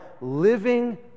living